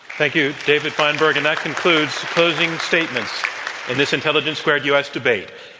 thank you, david feinberg. and that concludes closing statements in this intelligence squared u. s. debate.